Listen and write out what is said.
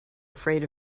afraid